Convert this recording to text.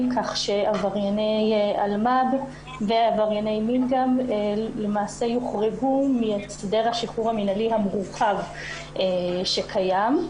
עברייני מין למעשה יוחרגו מהסדר השחרור המינהלי המורחב שקיים.